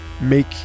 Make